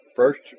first